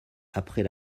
après